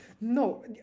No